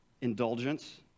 indulgence